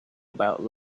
about